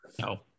No